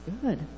Good